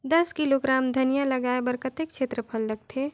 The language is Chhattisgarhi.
दस किलोग्राम धनिया लगाय बर कतेक क्षेत्रफल लगथे?